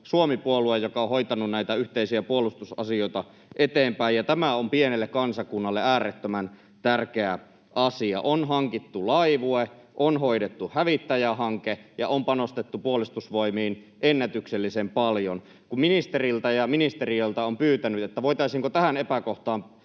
Suomi-puolue, joka on hoitanut näitä yhteisiä puolustusasioita eteenpäin, ja tämä on pienelle kansakunnalle äärettömän tärkeä asia. On hankittu laivue, on hoidettu hävittäjähanke ja on panostettu Puolustusvoimiin ennätyksellisen paljon. Kun ministeriltä ja ministeriöltä olen pyytänyt, että voitaisiinko tähän epäkohtaan